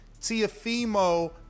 Tiafimo